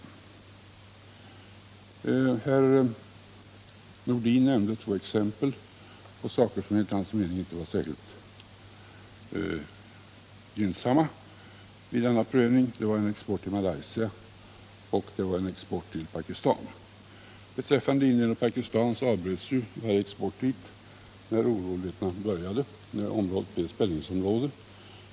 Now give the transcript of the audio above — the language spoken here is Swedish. Sven-Erik Nordin nämnde två exempel på förhållanden vid denna prövning som enligt hans mening inte var särskilt gynnsamma. Det gällde export till Malaysia och Pakistan. All export till Indien och Pakistan avbröts när oroligheterna började och det uppstod ett spänningsområde.